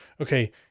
okay